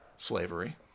slavery